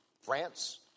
France